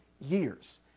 years